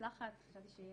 שהמשלחת תהיה